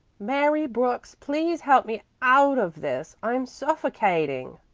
mary brooks, please help me out of this. i'm suffocating.